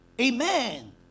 Amen